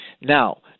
Now